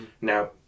Now